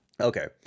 Okay